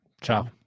Ciao